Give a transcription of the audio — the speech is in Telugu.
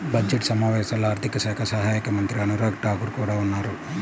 బడ్జెట్ సమావేశాల్లో ఆర్థిక శాఖ సహాయక మంత్రి అనురాగ్ ఠాకూర్ కూడా ఉన్నారు